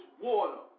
water